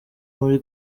muri